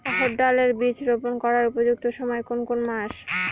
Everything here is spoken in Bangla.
অড়হড় ডাল এর বীজ রোপন করার উপযুক্ত সময় কোন কোন মাস?